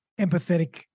empathetic